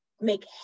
make